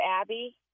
abby